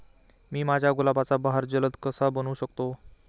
मी माझ्या गुलाबाचा बहर जलद कसा बनवू शकतो?